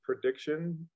prediction